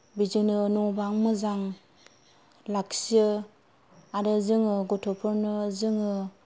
बिदिनो न' बां मोजां लाखियो आरो जोङो गथ'फोरनो जोङो